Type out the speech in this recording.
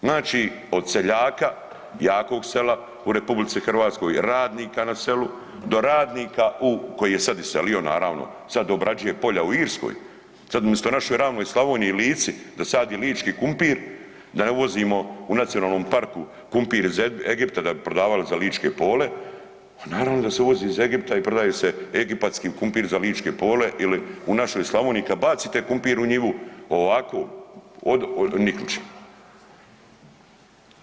Znači od seljaka, jakog sela u RH, radnika na selu do radnika koji se iselio naravno, sada obrađuje polja u Irskoj, sada umjesto u našoj ravnoj Slavoniji i Lici da sadi lički kumpir da ne uvozimo u nacionalnom parku kumpir iz Egipta da bi prodavali za ličke pole, pa naravno da se uvozi iz Egipta i prodje se egipatski kumpir za ličke pole ili u našoj Slavoniji kada bacite kupmir u njivu ovako niknut će.